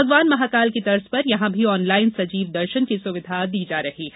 भगवान महाकाल की तर्ज पर यहां भी ऑनलाइन सजीव दर्शन की सुविधा की जा रही है